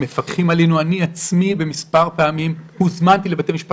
אני עצמי במספר פעמים הוזמנתי לבתי משפט,